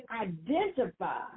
identify